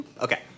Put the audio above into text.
Okay